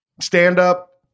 stand-up